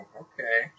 okay